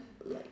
like